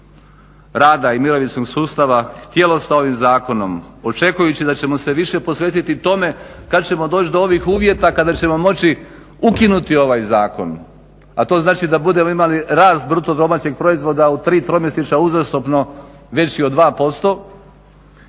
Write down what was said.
rada i mirovinskog sustava htjelo s ovim zakonom očekujući da ćemo se više posvetiti tome kad ćemo doći do ovih uvjeta kada ćemo moći ukinuti ovaj zakon, a to znači da budemo imali rast BDP-a u tri tromjesečja uzastopno veći od 2%